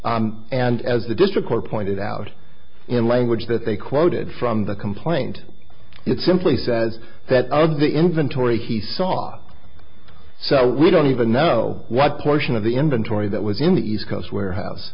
and as the district court pointed out in language that they quoted from the complaint it simply says that all of the inventory he saw so we don't even know what portion of the inventory that was in the east coast warehouse